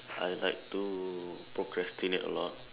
I like to procrastinate a lot